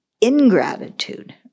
ingratitude